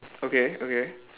okay okay